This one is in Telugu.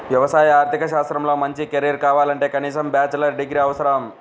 వ్యవసాయ ఆర్థిక శాస్త్రంలో మంచి కెరీర్ కావాలంటే కనీసం బ్యాచిలర్ డిగ్రీ అవసరం